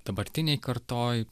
dabartinėj kartoj